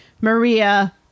Maria